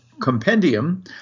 compendium